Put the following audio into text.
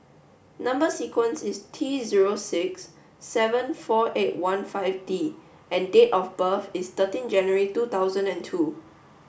number sequence is T zero six seven four eight one five D and date of birth is thirteen January two thousand and two